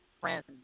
friends